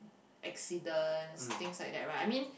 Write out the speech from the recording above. accidents this like that right I mean